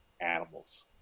Animals